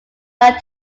got